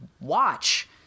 watch